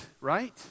right